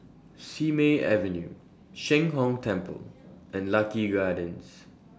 Simei Avenue Sheng Hong Temple and Lucky Gardens